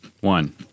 One